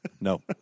No